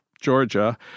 Georgia